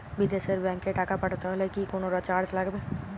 বিদেশের ব্যাংক এ টাকা পাঠাতে হলে কি কোনো চার্জ লাগবে?